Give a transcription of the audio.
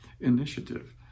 initiative